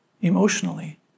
emotionally